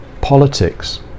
politics